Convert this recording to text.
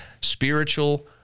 spiritual